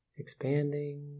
expanding